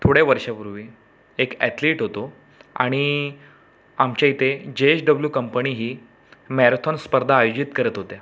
थोड्या वर्षापूर्वी एक ॲथलीट होतो आणि आमच्या इथे जे एच डब्लू कंपणी ही मॅरेथॉन स्पर्धा आयोजित करत होते